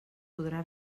podrà